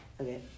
Okay